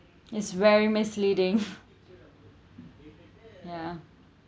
it's very misleading ya